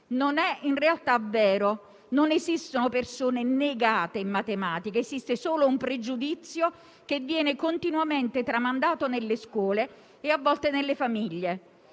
Non è in realtà vero: non esistono persone negate in matematica; esiste solo un pregiudizio che viene continuamente tramandato nelle scuole e, a volte, nelle famiglie.